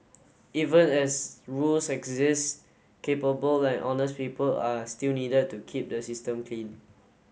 even as rules exist capable and honest people are still needed to keep the system clean